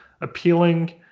appealing